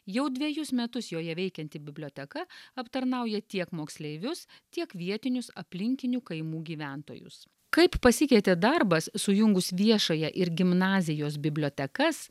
jau dvejus metus joje veikianti biblioteka aptarnauja tiek moksleivius tiek vietinius aplinkinių kaimų gyventojus kaip pasikeitė darbas sujungus viešąją ir gimnazijos bibliotekas